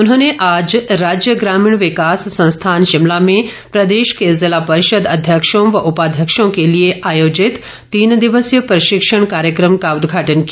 उन्होंने आज राज्य ग्रामीण विकास संस्थान शिमला में प्रदेश के जिला परिषद अध्यक्षों व उपाध्यक्षों के लिए आयोजित तीन दिवसीय प्रशिक्षण कार्यक्रम का उदघाटन किया